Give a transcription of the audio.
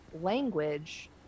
language